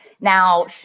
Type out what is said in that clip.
now